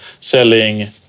selling